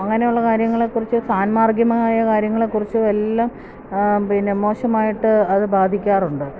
അങ്ങനെയുള്ള കാര്യങ്ങളെക്കുറിച്ച് സാന്മാർഗികമായ കാര്യങ്ങളെക്കുറിച്ചെല്ലാം പിന്നെ മോശമായിട്ട് അത് ബാധിക്കാറുണ്ട്